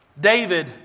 David